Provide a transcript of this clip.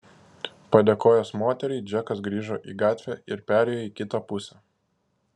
padėkojęs moteriai džekas grįžo į gatvę ir perėjo į kitą pusę